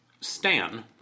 Stan